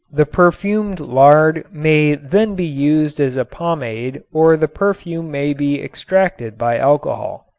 the perfumed lard may then be used as a pomade or the perfume may be extracted by alcohol.